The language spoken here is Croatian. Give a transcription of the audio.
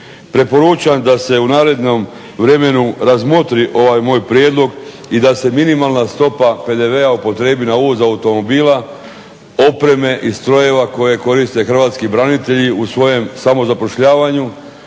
Preporučam da se u narednom vremenu razmotri ovaj moj prijedlog i da se minimalna stopa PDV-a upotrijebi na uvoz automobila, opreme i strojeva koje koriste hrvatski branitelji u svojem samozapošljavanju,